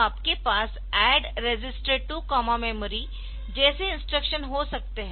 तो आपके पास ADD register 2 memory ADD register 2 memory जैसे इंस्ट्रक्शन हो सकते है